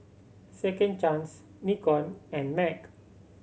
Second Chance Nikon and MAG